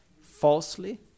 falsely